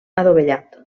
adovellat